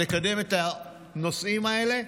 לקדם את הנושאים האלה,